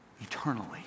eternally